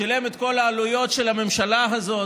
שילם את כל העלויות של הממשלה הזאת?